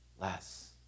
less